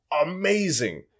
amazing